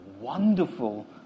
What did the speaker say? wonderful